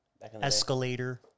Escalator